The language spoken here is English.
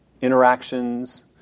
interactions